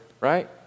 right